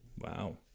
Wow